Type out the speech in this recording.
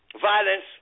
violence